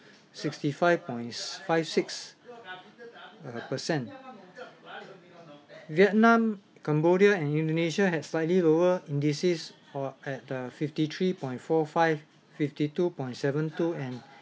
sixty five point s~five six uh percent vietnam cambodia and indonesia has slightly lower indices or at the fifty three point four five fifty two point seven two and